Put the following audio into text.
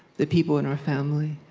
the people in our family,